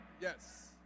Yes